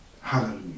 Hallelujah